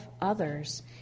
others